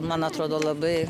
man atrodo labai